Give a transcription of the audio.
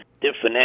different